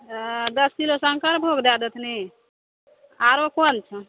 दश किलो शङ्करभोग दै देथनि आरो कोन छौ